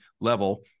level